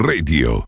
Radio